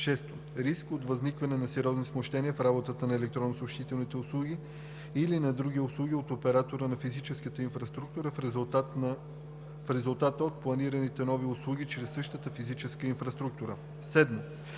6. риск от възникване на сериозни смущения в работата на електронни съобщителни услуги или на други услуги от оператора на физическата инфраструктура в резултат от планираните нови услуги чрез същата физическа инфраструктура; 7.